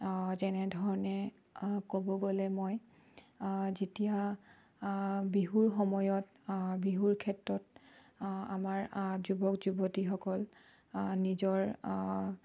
যেনেধৰণে ক'ব গ'লে মই যেতিয়া বিহুৰ সময়ত বিহুৰ ক্ষেত্ৰত আমাৰ যুৱক যুৱতীসকল নিজৰ